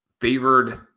favored